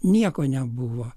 nieko nebuvo